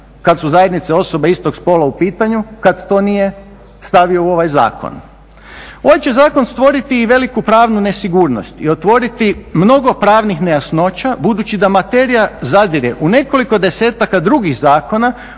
kad su zajednice osoba istog spola u pitanju kad to nije stavio u ovaj zakon. Ovaj će zakon stvoriti i veliku pravnu nesigurnost i otvoriti mnogo pravnih nejasnoća budući da materija zadire u nekoliko desetaka drugih zakona